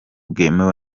bwemewe